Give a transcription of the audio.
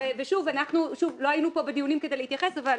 לא היינו פה בדיונים כדי להתייחס, אבל